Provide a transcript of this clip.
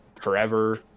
forever